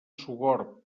sogorb